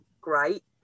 great